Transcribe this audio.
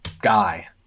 guy